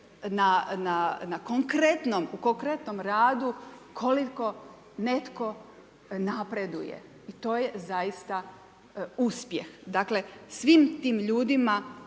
pokazuje u konkretnom radu koliko netko napreduje i to je zaista uspjeh. Dakle, svim tim ljudima